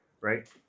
right